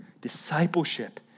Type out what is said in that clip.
Discipleship